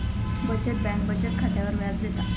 बचत बँक बचत खात्यावर व्याज देता